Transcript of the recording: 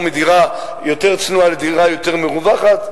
מדירה יותר צנועה לדירה יותר מרווחת,